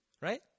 right